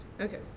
Okay